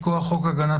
מכוח חוק הגנת